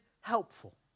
helpful